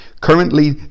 Currently